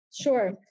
Sure